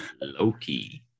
Loki